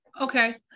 Okay